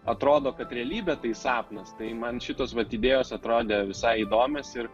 atrodo kad realybė tai sapnas tai man šitos vat idėjos atrodė visai įdomias ir